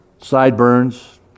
sideburns